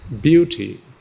beauty